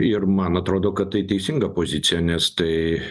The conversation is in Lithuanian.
ir man atrodo kad tai teisinga pozicija nes tai